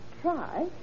try